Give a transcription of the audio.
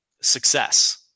success